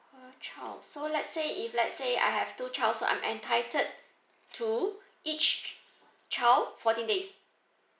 per child so let's say if let's say I have two child so I'm entitled to each child fourteen days